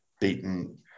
beaten